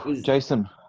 Jason